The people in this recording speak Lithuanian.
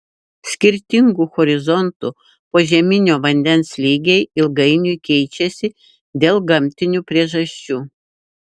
skirtingų horizontų požeminio vandens lygiai ilgainiui keičiasi dėl gamtinių priežasčių